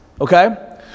okay